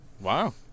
Wow